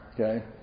okay